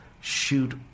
shoot